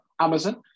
Amazon